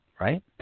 right